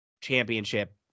championship